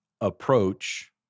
approach